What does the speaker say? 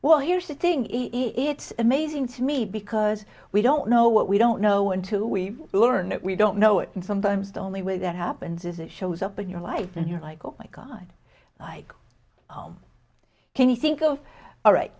well here's the thing is it's amazing to me because we don't know what we don't know until we learn it we don't know it and sometimes the only way that happens is it shows up in your life and you're like oh my god like home can you think of all right